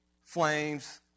flames